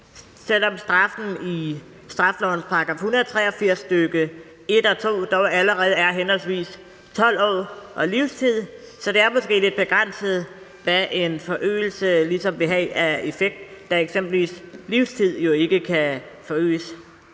selv om straffen i straffelovens § 183, stk. 1 og 2 dog allerede er henholdsvis 12 år og livstid. Så det er måske lidt begrænset, hvad en forøgelse ligesom vil have af effekt, da eksempelvis livstid jo ikke kan forøges.